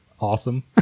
awesome